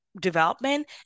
development